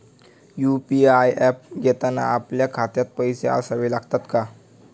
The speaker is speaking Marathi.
यु.पी.आय ऍप घेताना आपल्या खात्यात पैसे असावे लागतात का?